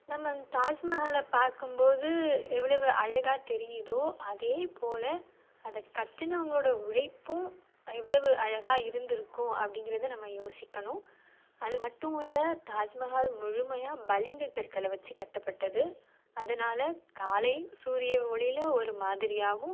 நம்ம அந்த தாஜ்மஹாலை பார்க்கும் போது எவ்வளவு அழகாக தெரியுதோ அதே போல் அதை கட்டுனவங்களோட உழைப்பும் எவ்வளவு அழகாக இருந்திருக்கும் அப்படிங்கிறது நம்ம யோசிக்கணும் அது மட்டும் இல்லை தாஜ்மஹால் முழுமையாக பளிங்கு கற்களை வச்சு கட்டப்பட்டது அதனால் காலை சூரிய ஒளியிலே ஒரு மாதிரியாகவும்